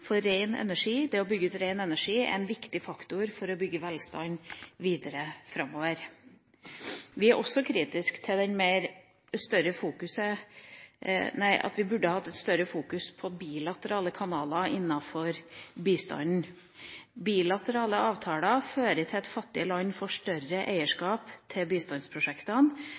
ut ren energi er en viktig faktor når det gjelder å bygge velstand videre framover. Vi burde også fokusert mer på bilaterale kanaler innenfor bistanden. Bilaterale avtaler fører til at fattige land får større eierskap til bistandsprosjektene.